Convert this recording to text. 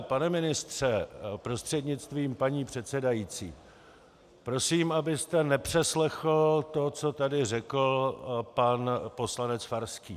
Pane ministře prostřednictvím paní předsedající, prosím, abyste nepřeslechl to, co tady řekl pan poslanec Farský.